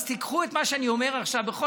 אז תיקחו את מה שאני אומר עכשיו בהסתייגות.